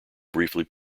briefly